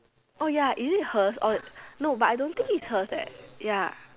oh ya is it hers or but no I don't think is hers eh ya